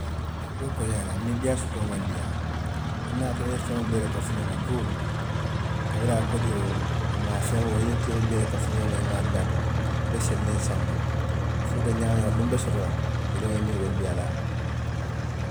Wo be koleyaa la le, niidiyaa sotoo maŋ diyaa, hani ye a tara i ye feŋo bee le kafu ñooma tuu, kabiriŋ a kodi woo, a maafeŋo, ite ye wo bee le kafu ñooma i maa dulaa to, i be seliŋ santo, a fuuta ñaa woo ñaa luŋ be soto la, wo luŋo i nio be kuyaa la